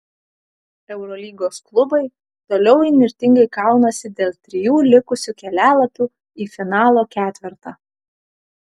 eurolygos klubai toliau įnirtingai kaunasi dėl trijų likusių kelialapių į finalo ketvertą